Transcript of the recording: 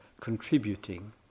contributing